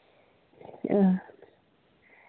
ᱦᱮᱸ